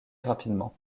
rapidement